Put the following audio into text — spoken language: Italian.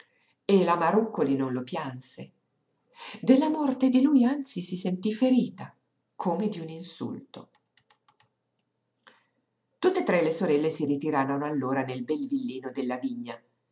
e la marúccoli non lo pianse della morte di lui anzi si sentí ferita come d'un insulto tutt'e tre le sorelle si ritirarono allora nel bel villino della vigna